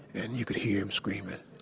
and you could hear him screaming.